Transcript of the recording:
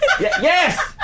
Yes